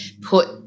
put